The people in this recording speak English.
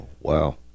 wow